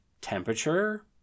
temperature